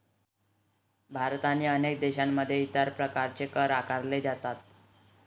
भारत आणि अनेक देशांमध्ये इतर प्रकारचे कर आकारले जातात